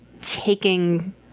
taking